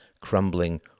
crumbling